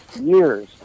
years